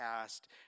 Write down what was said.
past